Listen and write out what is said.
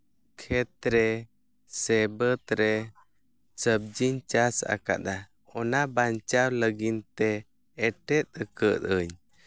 ᱠᱷᱮᱛ ᱨᱮ ᱥᱮ ᱵᱟᱹᱫᱽ ᱨᱮ ᱥᱟᱵᱡᱤᱧ ᱪᱟᱥ ᱟᱠᱟᱫᱽᱼᱟ ᱚᱱᱟ ᱵᱟᱧᱪᱟᱣ ᱞᱟᱹᱜᱤᱫ ᱛᱮ ᱮᱴᱮᱫ ᱟᱠᱟᱫᱽ ᱟᱹᱧ